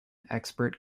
expert